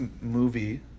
movie